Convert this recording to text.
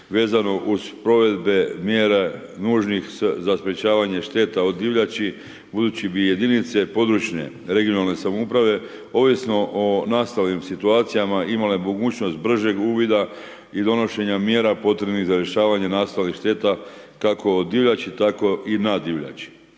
vezano uz provedbe mjere nužnih za sprječavanje šteta od divljači budući bi jedinice područne (regionalne) samouprave ovisno o nastalim situacijama imale mogućnost bržeg uvoda i odnošenja mjera potrebnih za rješavanje nastalih šteta kako o divljači tako i na divljači.